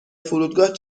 فرودگاه